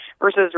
versus